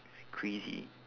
crazy